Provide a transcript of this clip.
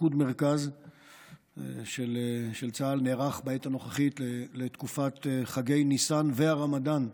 פיקוד מרכז של צה"ל נערך בעת הנוכחית לתקופת חגי ניסן והרמדאן,